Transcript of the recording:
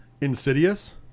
Insidious